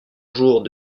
jours